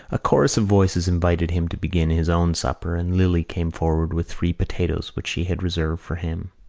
a chorus of voices invited him to begin his own supper and lily came forward with three potatoes which she had reserved for him.